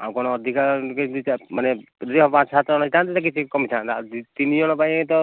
ଆଉ କ'ଣ ଅଧିକା ଦୁଇ ଚା ମାନେ ଯଦି ପାଞ୍ଚ ସାତଜଣ ଯାଆନ୍ତେ କିଛି କମିଥାନ୍ତା ତିନି ଜଣଙ୍କ ପାଇଁ ତ